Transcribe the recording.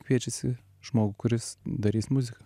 kviečiasi žmogų kuris darys muziką